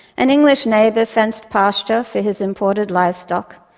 an english neighbour fenced pasture for his imported livestock,